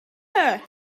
her